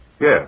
Yes